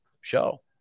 show